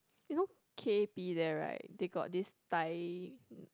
you know K_P there right they got this Thai